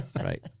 Right